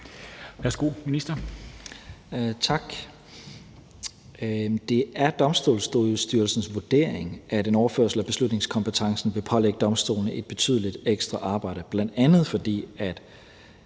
Tesfaye): Tak. Det er Domstolsstyrelsens vurdering, at en overførsel af beslutningskompetencen vil pålægge domstolene et betydeligt ekstraarbejde, bl.a. fordi